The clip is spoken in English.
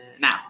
now